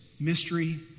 mystery